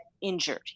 injured